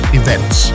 events